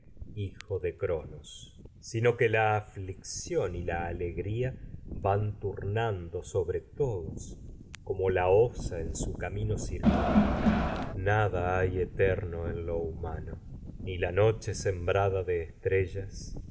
hijo de cronos las traquinias sino que la aflicción la y la alegría van turnando su sobre todos eterno como en osa en camino circular noche nada hay lo humano ni la sembrada de